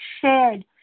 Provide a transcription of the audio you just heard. shared